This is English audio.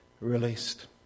released